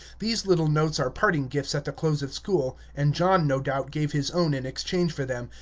these little notes are parting gifts at the close of school, and john, no doubt, gave his own in exchange for them,